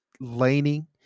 laning